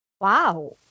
Wow